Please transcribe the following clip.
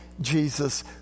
Jesus